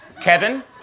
Kevin